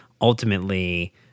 ultimately